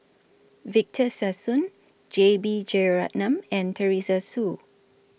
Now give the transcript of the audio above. Victor Sassoon J B Jeyaretnam and Teresa Hsu